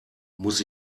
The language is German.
muss